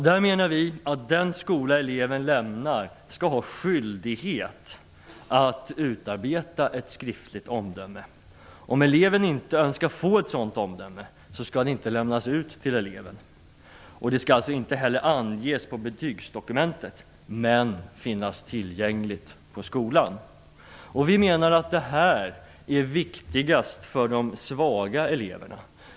Där menar vi att den skola eleven lämnar skall ha skyldighet att utarbeta ett skriftligt omdöme. Om eleven inte önskar få ett sådant omdöme skall det inte lämnas ut till eleven. Det skall alltså inte heller anges på betygsdokumentet, men det skall finnas tillgängligt på skolan. Vi menar att detta är viktigast för de svaga eleverna.